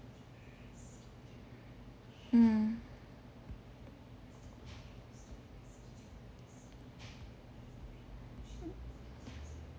mm